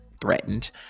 threatened